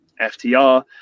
FTR